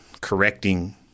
correcting